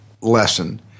lesson